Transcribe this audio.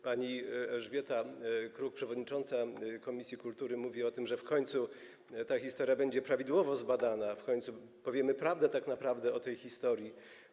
Pani Elżbieta Kruk, przewodnicząca komisji kultury, mówi o tym, że w końcu ta historia będzie prawidłowo zbadana, w końcu tak naprawdę powiemy prawdę o tej historii.